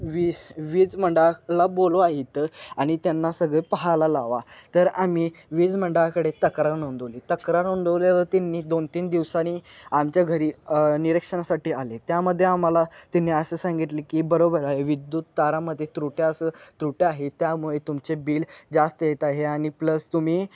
we वीज मंडळाला बोलवा इथं आणि त्यांना सगळं पाहायला लावा तर आम्ही वीज मंडळाकडे तक्रार नोंंदवली तक्रार नोंदवल्यावर त्यांनी दोन तीन दिवसांनी आमच्या घरी निरीक्षणासाठी आले त्यामध्ये आम्हाला त्यांनी असं सांगितले की बरोबर आहे विद्युत तारामध्ये त्रुट्या असं त्रुट्या आहे त्यामुळे तुमचे बिल जास्त येत आहे आणि प्लस तुम्ही